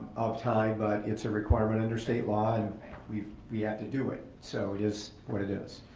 of time, but it's a requirement under state law and we we have to do it. so it is what it is.